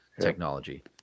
technology